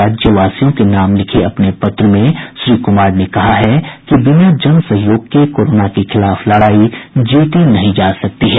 राज्यवासियों के नाम लिखे अपने पत्र में श्री कुमार ने कहा है कि बिना जन सहयोग के कोरोना के खिलाफ लड़ाई जीती नहीं जा सकती है